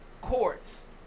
courts